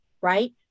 right